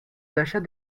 d’achat